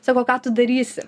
sako ką tu darysi